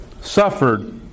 suffered